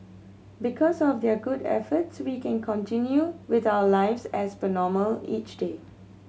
because of their good efforts we can continue with our lives as per normal each day